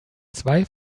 zwei